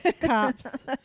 cops